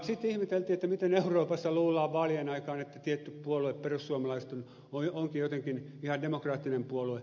sitten ihmeteltiin miten euroopassa luullaan vaalien aikaan että tietty puolue perussuomalaiset onkin jotenkin ihan demokraattinen puolue